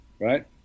Right